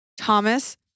Thomas